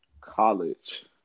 College